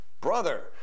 brother